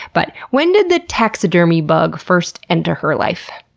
but when did the taxidermy bug first enter her life?